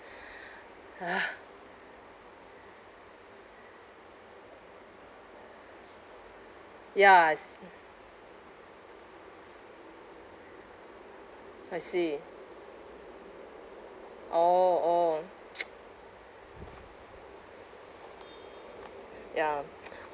yes I see orh orh ya